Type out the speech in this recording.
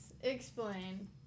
explain